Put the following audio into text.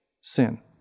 sin